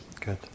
Good